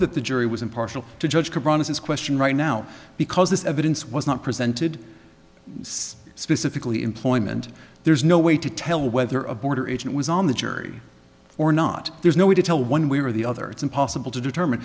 that the jury was impartial to judge brown is this question right now because this evidence was not presented specifically employment there's no way to tell whether a border agent was on the jury or not there's no way to tell one way or the other it's impossible to determine